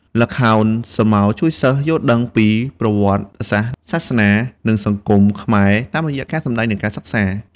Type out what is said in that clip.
ល្ខោនស្រមោលជួយសិស្សយល់ដឹងពីប្រវត្តិសាស្ត្រ សាសនា និងសង្គមខ្មែរ តាមរយៈការសម្តែង និងការសិក្សា។